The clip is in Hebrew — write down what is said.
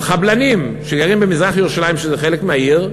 על חבלנים, שגרים במזרח-ירושלים, שזה חלק מהעיר,